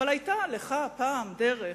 אבל היתה לך פעם דרך,